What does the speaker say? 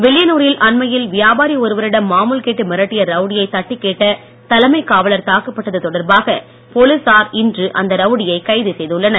வில்லியனூ ரில் அண்மையில் வியாபாரி ஒருவரிடம் மாமூல் கேட்டு மிரட்டிய ரவுடியைத் தட்டிக்கேட்ட தலைமைக் காவலர் தாக்கப்பட்டது தொடர்பாக போலீசார் இன்று அந்த ரவுடியை கைது செய்துள்ளனர்